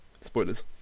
Spoilers